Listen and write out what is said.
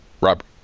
Robert